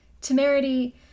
Temerity